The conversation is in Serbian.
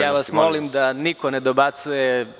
Ja vas molim da niko ne dobacuje.